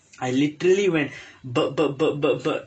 I literally went but but but but but